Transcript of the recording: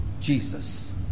Jesus